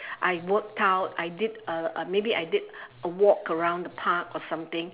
I worked out I did uh uh maybe I did a walk around the park or something